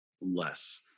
less